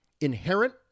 inherent